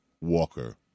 Walker